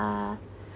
ah